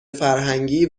فرهنگی